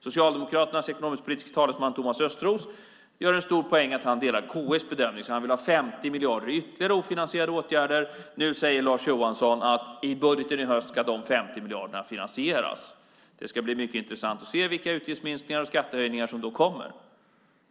Socialdemokraternas ekonomisk-politiske talesman Thomas Östros gör en stor poäng av att han delar KI:s bedömning, så han vill ha 50 miljarder ytterligare till ofinansierade åtgärder. Nu säger Lars Johansson att i budgeten i höst ska de 50 miljarderna finansieras. Det ska bli mycket intressant att se vilka utgiftsminskningar och skattehöjningar som då kommer.